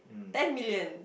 ten million